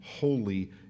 holy